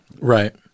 Right